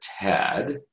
tad